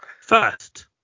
First